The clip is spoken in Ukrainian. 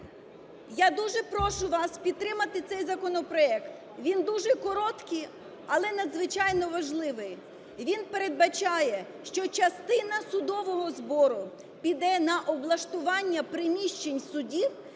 Я дуже прошу вас підтримати цей законопроект, він дуже короткий, але надзвичайно важливий. Він передбачає, що частина судового збору піде на облаштування приміщень судів